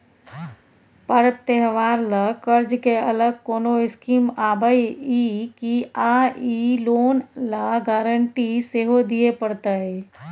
पर्व त्योहार ल कर्ज के अलग कोनो स्कीम आबै इ की आ इ लोन ल गारंटी सेहो दिए परतै?